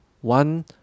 One